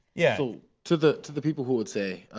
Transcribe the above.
yeah so to the to the people who would say,